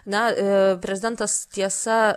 na prezidentas tiesa